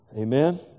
Amen